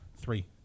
Three